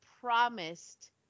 promised